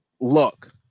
look